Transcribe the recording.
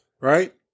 right